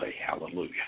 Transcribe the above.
hallelujah